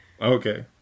okay